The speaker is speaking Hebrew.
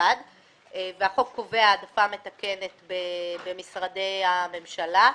בלבד והחוק קובע העדפה מתקנת במשרדי הממשלה.